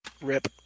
Rip